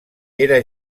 era